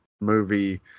movie